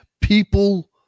people